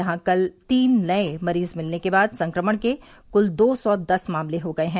यहां कल तीन नए मरीज मिलने के बाद संक्रमण के कुल दो सौ दस मामले हो गए हैं